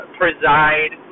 preside